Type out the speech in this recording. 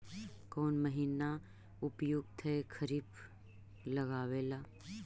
कौन महीना उपयुकत है खरिफ लगावे ला?